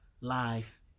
life